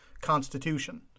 constitution